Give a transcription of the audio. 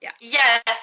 Yes